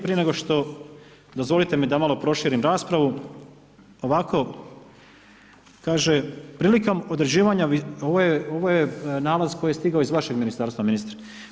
Prije nego što, dozvolite mi da malo proširim raspravu, ovako kaže, prilikom određivanja, ovo je nalaz koji je nalaz koji je stigao iz vašeg ministarstva, ministre.